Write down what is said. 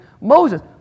Moses